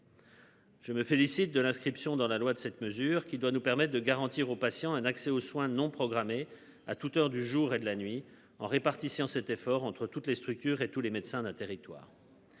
Je me félicite de l'inscription dans la loi de cette mesure, qui doit nous permettent de garantir aux patients un accès aux soins non programmés à toute heure du jour et de la nuit en répartition cet effort entre toutes les structures et tous les médecins d'un territoire.